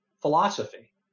philosophy